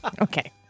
Okay